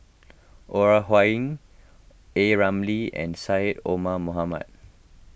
Ore Huiying A Ramli and Syed Omar Mohamed